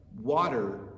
water